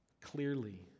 clearly